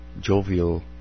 jovial